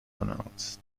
announced